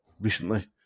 recently